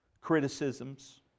Criticisms